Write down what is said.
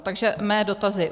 Takže mé dotazy.